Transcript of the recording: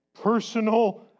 personal